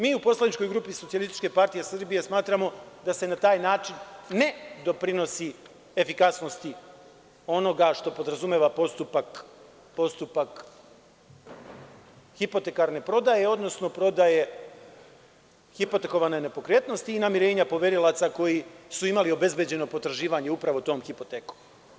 Mi u poslaničkoj grupi SPS smatramo da se na taj način ne doprinosi efikasnosti onoga što podrazumeva postupak hipotekarne prodaje, odnosno prodaje hipotekovane nepokretnosti i namirenja poverilaca koji su imali obezbeđeno potraživanje upravo tom hipotekom.